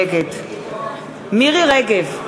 נגד מירי רגב,